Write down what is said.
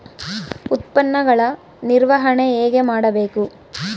ಉತ್ಪನ್ನಗಳ ನಿರ್ವಹಣೆ ಹೇಗೆ ಮಾಡಬೇಕು?